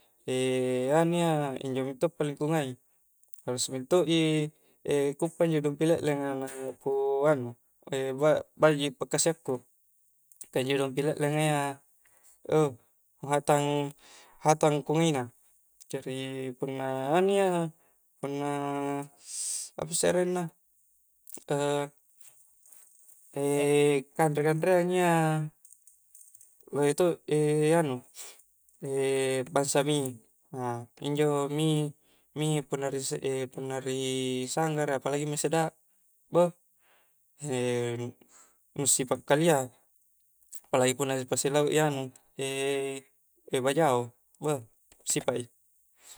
E' anu iya injo paling ku ngai', harus minto'i e'ku uppa injo' dumpi' le'lenga na ku anu' ba' baji' pakasia'ku kah injo' dumpi le'lenga iya uh kuhatang, hatang ngai' na jari' punna anu' iya, punna apa isse' arengna e' kanre-kanreang' ya mae' to e' anu e' basang mie' injo' mie', mie punna punna ri' sanggara palagi mie' sedap buh, e' nusipa' kalia' palagi punna pasi' bau'i anu e', e' bajao' buh sipa'i.